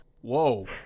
Whoa